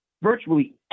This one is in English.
Virtually